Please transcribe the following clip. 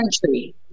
country